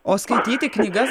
o skaityti knygas